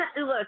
look